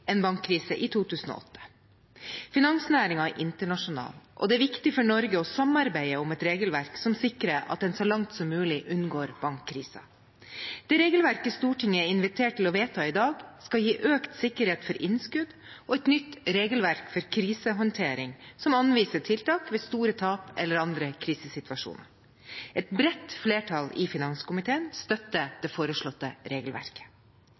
en bankkrise i 2008. Finansnæringen er internasjonal, og det er viktig for Norge å samarbeide om et regelverk som sikrer at en så langt som mulig unngår bankkrise. Det regelverket Stortinget er invitert til å vedta i dag, skal gi økt sikkerhet for innskudd og et nytt regelverk for krisehåndtering som anviser tiltak ved store tap eller andre krisesituasjoner. Et bredt flertall i finanskomiteen støtter det foreslåtte regelverket.